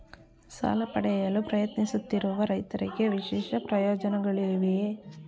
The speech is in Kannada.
ಸಾಲ ಪಡೆಯಲು ಪ್ರಯತ್ನಿಸುತ್ತಿರುವ ರೈತರಿಗೆ ವಿಶೇಷ ಪ್ರಯೋಜನಗಳಿವೆಯೇ?